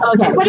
Okay